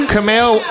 Camille